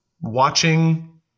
watching